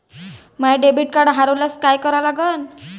माय debit card हरोल्यास काय करा लागन?